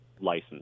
license